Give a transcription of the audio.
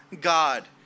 God